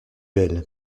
belle